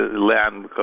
land